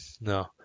No